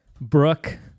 Brooke